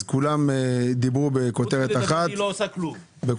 אז כולם דיברו בכותרת אחת,